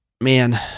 man